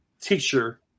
teacher